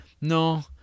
no